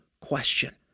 question